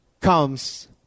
comes